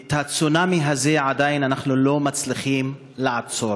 את הצונאמי הזה עדיין אנחנו לא מצליחים לעצור.